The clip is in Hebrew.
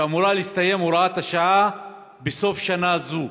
אמורה להסתיים הוראת השעה בסוף שנה זו